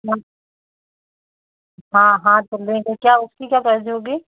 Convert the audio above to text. हाँ हाँ हाँ तो लेंगे क्या उसकी क्या प्राइज होगा